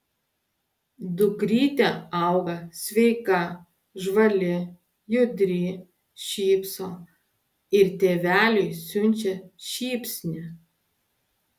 dukrytė auga sveika žvali judri šypso ir tėveliui siunčia šypsnį